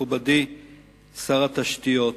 מכובדי שר התשתיות,